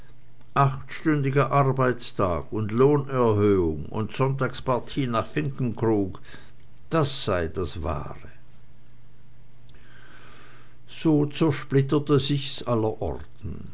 achtstündiger arbeitstag und lohnerhöhung und sonntagspartie nach finkenkrug das sei das wahre so zersplitterte sich's allerorten